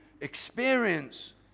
Experience